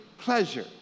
pleasure